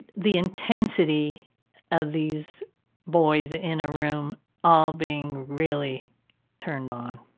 the intensity of these boys in a room all being really turned on.